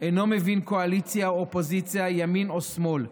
אינו מבין קואליציה או אופוזיציה, ימין או שמאל.